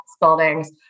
buildings